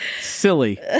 Silly